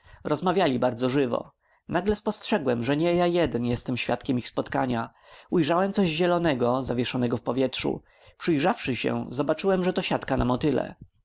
rozmawiali bardzo żywo nagle spostrzegłem że nie ja jeden jestem świadkiem ich spotkania ujrzałem coś zielonego zawieszonego w powietrzu przyjrzawszy się zobaczyłem że to siatka na motyle